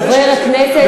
ודאי שיש.